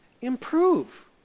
improve